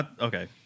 Okay